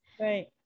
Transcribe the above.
right